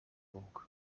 vogue